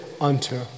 unto